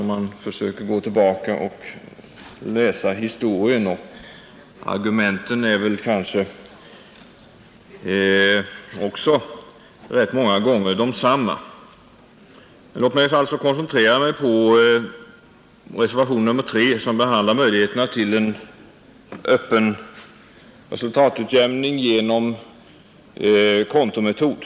Om man går tillbaka i tiden och läser historien, finner man att argumenten många gånger är desamma. Låt mig alltså koncentrera mig på reservationen nr 3, som behandlar möjligheterna till en öppen resultatutjämning genom kontometod.